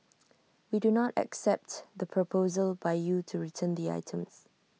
we do not accept the proposal by you to return the items